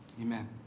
Amen